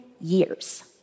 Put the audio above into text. years